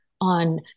on